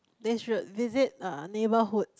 they should visit uh neighbourhoods